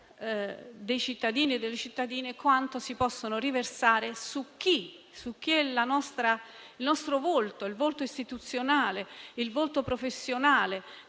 dei cittadini e delle cittadine si possono riversare su chi è il nostro volto, il volto istituzionale, il volto professionale